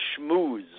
schmooze